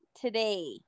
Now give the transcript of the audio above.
today